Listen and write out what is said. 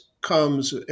comes